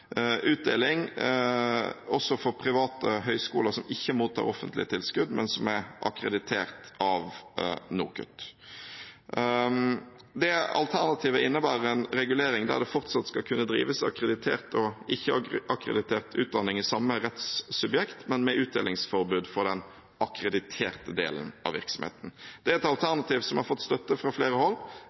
utdeling, også for private høyskoler som ikke mottar offentlige tilskudd, men som er akkreditert av NOKUT. Det alternativet innebærer en regulering der det fortsatt skal kunne drives akkreditert og ikke-akkreditert utdanning i samme rettssubjekt, men med utdelingsforbud for den akkrediterte delen av virksomheten. Dette er et alternativ som har fått støtte fra flere hold